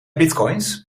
bitcoins